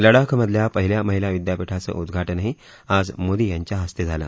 लडाख मधल्या पहिल्या महिला विद्यापीठाचं उदघाटनही आज मोदी यांच्या हस्ते झालं